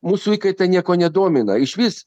mūsų įkaitai nieko nedomina išvis